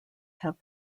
have